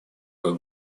как